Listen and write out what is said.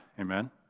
Amen